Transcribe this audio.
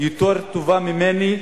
יותר טובה ממני,